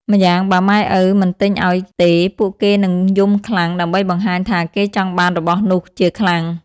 ម្យ៉ាងបើម៉ែឪមិនទិញឲ្យទេពួកគេនឹងរយំខ្លាំង ដើម្បីបង្ហាញថាគេចង់បានរបស់នោះជាខ្លាំង។